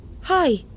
Hi